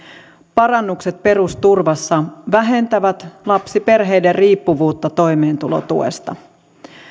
parannukset perusturvassa vähentävät lapsiperheiden riippuvuutta toimeentulotuesta